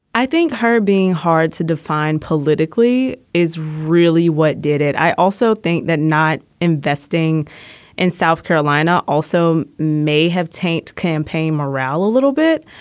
i think her being hard to define politically is really what did it. i also think that not investing in south carolina also may have taint campaign morale a little bit.